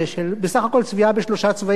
בסך הכול צביעה בשלושה צבעים,